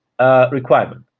requirement